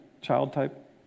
child-type